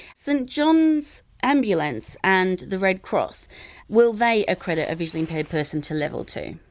so john's ambulance and the red cross will they accredit a visually impaired person to level two?